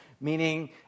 meaning